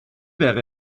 wäre